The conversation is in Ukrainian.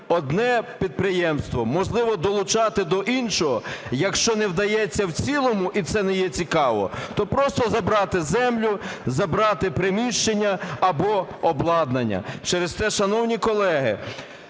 одне підприємство, можливо долучати до іншого. Якщо не вдається в цілому і це не є цікаво, то просто забрати землю, забрати приміщення або обладнання. Через те, шановні колеги,